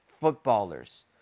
footballers